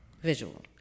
visual